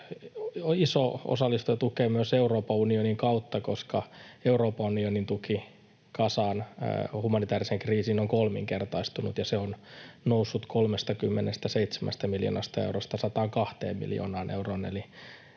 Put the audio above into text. iso osallistuja ja tukija myös Euroopan unionin kautta, koska Euroopan unionin tuki Gazan humanitääriseen kriisiin on kolminkertaistunut. Se on noussut 37 miljoonasta eurosta 102 miljoonaan euroon,